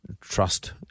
trust